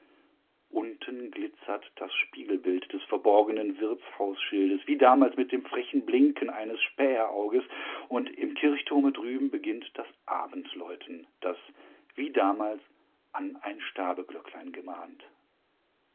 unten glitzert das spiegelbild des verborgenen wirtshausschildes wie damals mit dem frechen blinken eines späherauges und im kirchturme drüben beginnt das abendläuten das wie damals an ein sterbeglöcklein gemahnt